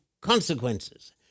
consequences